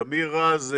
תמיר רז,